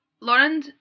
Lauren